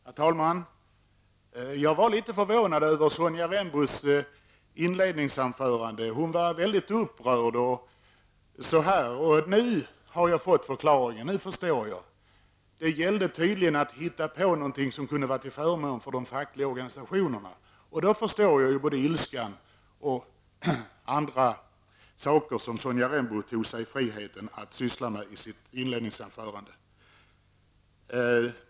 Herr talman! Jag blev litet förvånad över Sonja Rembos inledningsanförande. Hon var mycket upprörd. Nu har jag fått förklaringen, och nu förstår jag. Det gällde tydligen att hitta på något som kunde vara till förmån för de fackliga organisationerna. Och då förstår jag både ilskan och annat som Sonja Rembo tog sig friheten att syssla med i sitt inledningsanförande.